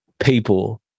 People